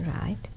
Right